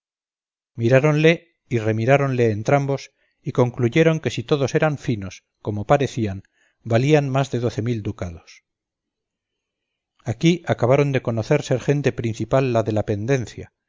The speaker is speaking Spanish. traía miráronle y remiráronle entrambos y concluyeron que si todos eran finos como parecían valía más de doce mil ducados aquí acabaron de conocer ser gente principal la de la pendencia